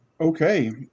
okay